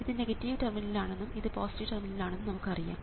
ഇത് നെഗറ്റീവ് ടെർമിനലാണെന്നും ഇത് പോസിറ്റീവ് ടെർമിനലാണെന്നും നമുക്ക് അറിയാം